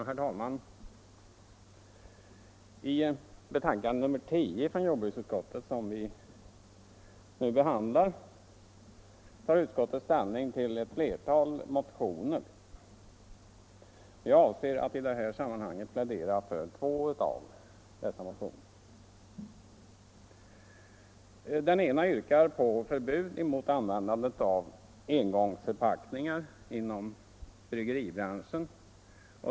Herr talman! I betänkandet nr 10 från jordbruksutskottet, som vi nu behandlar, tar utskottet ställning till ett flertal motioner. Jag avser att i detta sammanhang plädera för två av dessa motioner. Den ena motionen yrkar på förbud mot användande av engångsförpackningar inom bryggeribranschen.